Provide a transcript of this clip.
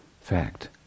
fact